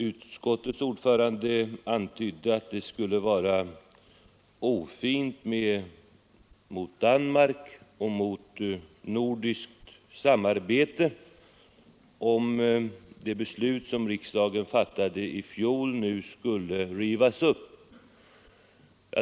Utskottets ordförande antydde att det skulle vara ofint mot Danmark med hänsyn till det nordiska samarbetet om det beslut som riksdagen i fjol fattade nu skulle rivas upp.